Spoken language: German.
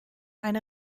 eine